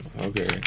Okay